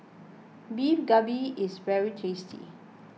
Beef Galbi is very tasty